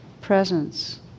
presence